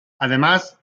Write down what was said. además